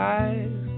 eyes